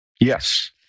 yes